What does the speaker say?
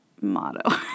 motto